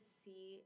see